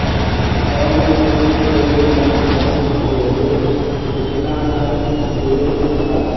छह लीटर दूध देवे वाली भैंस के रोज केतना आहार देवे के बा?